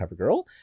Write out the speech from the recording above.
CoverGirl